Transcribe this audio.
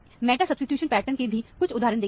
हमने meta substitution pattern के भी कुछ उदाहरण देखें